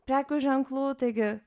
prekių ženklų taigi